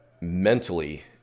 mentally